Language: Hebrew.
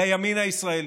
לימין הישראלי,